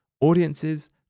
audiences